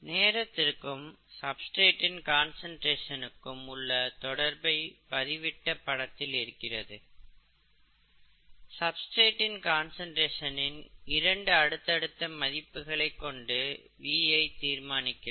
நேரத்திற்கும் சப்ஸ்டிரேட்டின் கான்சென்டிரேசனுக்கும் உள்ள தொடர்பை பதிவிட்ட படத்தில் இருந்து சப்ஸ்டிரேட்டின் கான்சென்டிரேசனின் இரண்டு அடுத்த அடுத்த மதிப்புகளை கொண்டு V ஐ தீர்மானிக்கலாம்